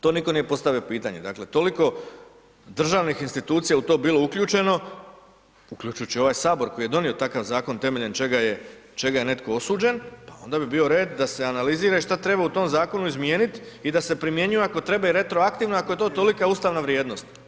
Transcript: To nitko nije postavio pitanje, dakle, toliko državnih institucija u to bilo uključeno, uključujući ovaj Sabor koje je donio takav Zakon temeljem čega je, čega je netko osuđen, pa onda bi bio red da se analizira i što treba u tom Zakonu izmijenit, i da se primjenjuje ako treba i retroaktivno, ako je to toliko ustavna vrijednost.